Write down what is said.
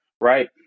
right